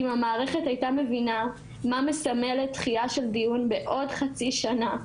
אם המערכת היתה מבינה מה מסמלת דחייה של דיון בעוד חצי שנה,